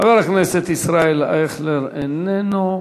חבר הכנסת ישראל אייכלר, איננו.